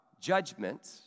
judgment